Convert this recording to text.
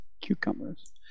cucumbers